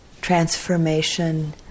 Transformation